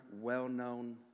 well-known